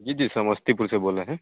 जी जी समस्तीपुर से बोल रहे हैं